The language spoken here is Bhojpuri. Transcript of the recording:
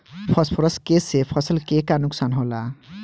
फास्फोरस के से फसल के का नुकसान होला?